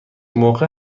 موقع